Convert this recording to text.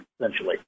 essentially